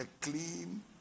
clean